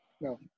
No